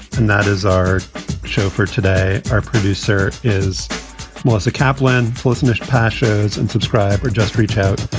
and that is our show for today. our producer is melissa kaplan. closeness pashas and subscribe or just reach out,